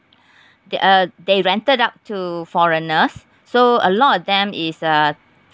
they uh they rented out to foreigners so a lot of them is uh